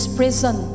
prison